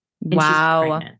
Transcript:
Wow